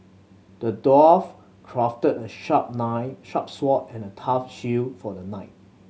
the dwarf crafted a sharp nine a sharp sword and a tough shield for the knight